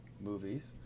movies